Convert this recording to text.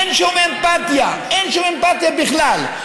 אין שום אמפתיה, אין שום אמפתיה בכלל.